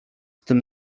tym